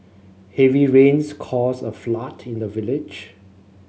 heavy rains caused a flood in the village